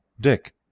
Dick